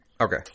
Okay